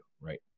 right